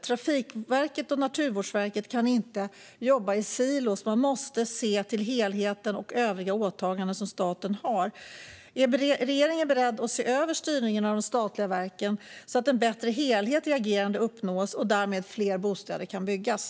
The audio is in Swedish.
Trafikverket och Naturvårdsverket kan inte jobba i silor. De måste se till helheten och övriga åtaganden som staten har. Är regeringen beredd att se över styrningen av de statliga verken så att en bättre helhet i agerandet uppnås och fler bostäder därmed kan byggas?